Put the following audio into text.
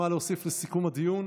חבר הכנסת יוסף טייב,